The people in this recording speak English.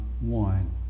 one